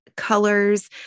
colors